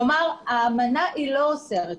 כלומר, האמנה לא אוסרת.